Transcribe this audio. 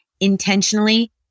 intentionally